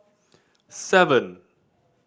seven